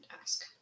ask